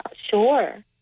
Sure